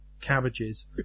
cabbages